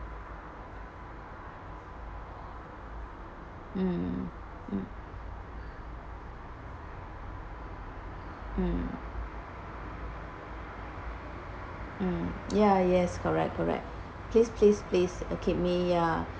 mm mm mm ya yes correct correct please please please uh keep me ya